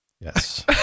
Yes